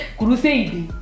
crusade